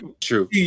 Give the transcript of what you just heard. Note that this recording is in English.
true